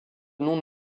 non